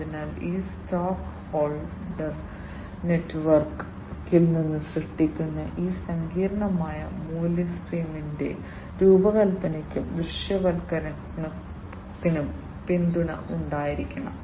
അതിനാൽ ഈ സ്റ്റേക്ക്ഹോൾഡർ നെറ്റ്വർക്കിൽ നിന്ന് സൃഷ്ടിക്കുന്ന ഈ സങ്കീർണ്ണമായ മൂല്യ സ്ട്രീമിന്റെ രൂപകൽപ്പനയ്ക്കും ദൃശ്യവൽക്കരണത്തിനും പിന്തുണ ഉണ്ടായിരിക്കണം